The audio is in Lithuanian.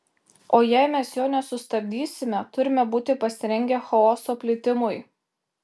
o jei mes jo nesustabdysime turime būti pasirengę chaoso plitimui